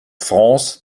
france